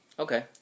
Okay